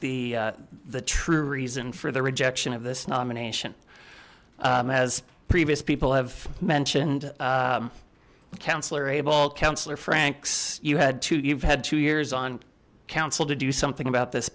the the true reason for the rejection of this nomination as previous people have mentioned councilor abel councillor frank's you had to you've had two years on council to do something about this